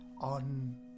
on